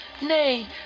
nay